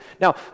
Now